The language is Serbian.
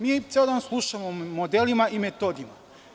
Mi ceo dan slušamo o modelima i o metodima.